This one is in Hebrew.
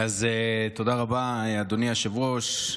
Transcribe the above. אז תודה רבה, אדוני היושב-ראש.